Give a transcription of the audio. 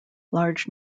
large